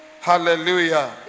hallelujah